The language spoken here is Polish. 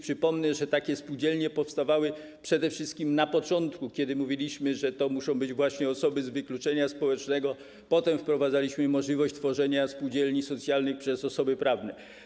Przypomnę, że takie spółdzielnie powstawały przede wszystkim na początku, kiedy mówiliśmy, że to muszą być właśnie osoby z wykluczenia społecznego, potem wprowadzaliśmy możliwość tworzenia spółdzielni socjalnych przez osoby prawne.